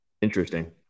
Interesting